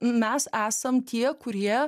mes esam tie kurie